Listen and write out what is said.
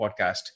podcast